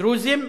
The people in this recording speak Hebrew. דרוזים,